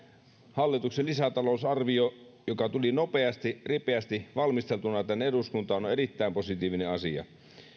hallituksen lisätalousarvio joka tuli nopeasti ripeästi valmisteltuna tänne eduskuntaan on on erittäin positiivinen asia